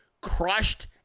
crushed